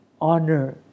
honor